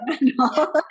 no